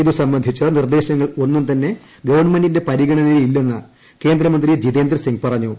ഇതുസംബന്ധിച്ച് നിർദ്ദേശങ്ങൾ ഒന്നും തന്നെ ഗവൺമെന്റിന്റെ പരിഗണനിയില്ലെന്ന് കേന്ദ്രമന്ത്രി ജിതേന്ദ്രസിംഗ് പറഞ്ഞു